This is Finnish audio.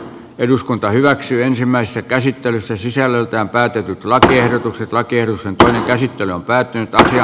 eduskunta hyväksyi ensimmäisessä käsittelyssä sisällöltään päätetyt lakiehdotukset lakers on toinen käsittely on päättynyt osia